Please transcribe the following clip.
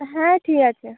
হ্যাঁ ঠিক আছে